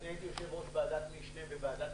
אני הייתי יושב-ראש ועדת משנה בוועדת